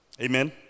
Amen